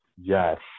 yes